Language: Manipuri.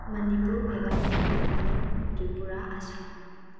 ꯃꯅꯤꯄꯨꯔ ꯃꯦꯒꯂꯥꯌꯥ ꯅꯥꯒꯥꯂꯦꯟ ꯇ꯭ꯔꯤꯄꯨꯔꯥ ꯑꯁꯥꯝ